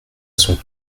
son